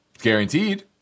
guaranteed